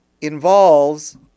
involves